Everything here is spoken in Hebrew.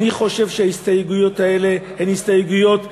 אני חושב שההסתייגויות האלה הן הסתייגויות מהותיות,